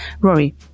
Rory